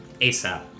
ASAP